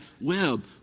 web